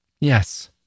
Yes